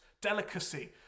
delicacy